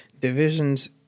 divisions